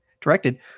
directed